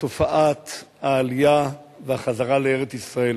מתופעת העלייה והחזרה לארץ-ישראל.